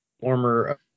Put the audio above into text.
former